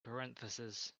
parentheses